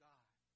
God